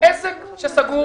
עסק שסגור